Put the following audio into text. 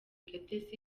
gates